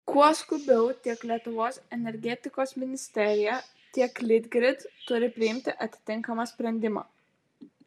kuo skubiau tiek lietuvos energetikos ministerija tiek litgrid turi priimti atitinkamą sprendimą